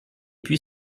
puis